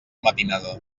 matinada